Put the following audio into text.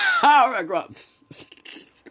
paragraphs